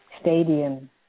Stadium